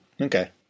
Okay